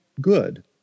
good